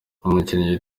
umukinnyi